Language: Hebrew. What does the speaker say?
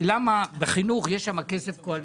למה בחינוך יש כסף קואליציוני.